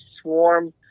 swarm